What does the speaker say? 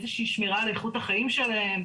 איזה שהיא שמירה על איכות החיים שלהם.